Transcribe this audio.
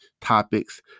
topics